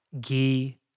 ghee